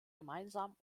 gemeinsam